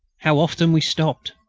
how often we stopped!